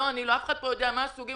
לא אני ולא אף אחד פה יודע מה הסוגים